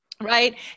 right